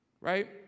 right